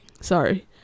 sorry